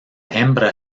hembra